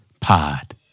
Pod